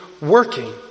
working